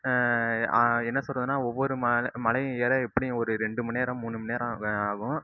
என்ன சொல்கிறதுனா ஒவ்வொரு மலை மலையும் ஏற எப்படியும் ஒரு ரெண்டு மணி நேரம் மூணு மணி நேரம் ஆகும்